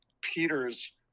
Peters